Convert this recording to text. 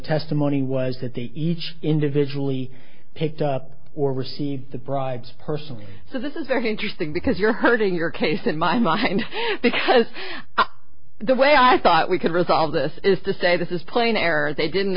testimony was that the each individually picked up or was he the bride's person so this is very interesting because you're hurting your case in my mind because the way i thought we could resolve this is to say this is playing error they didn't